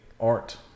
art